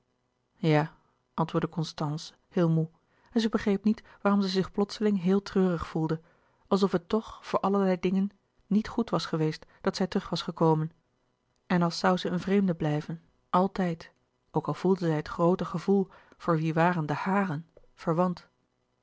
ja antwoordde constance heel moê en zij begreep niet waarom zij zich plotseling heel treurig voelde alsof het toch voor allerlei dingen niet goed was geweest dat zij terug was gekomen en als zoû zij een vreemde blijven altijd ook al voelde zij het groote gevoel voor wie waren de haren verwant